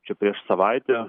čia prieš savaitę